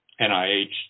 NIH